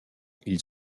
ils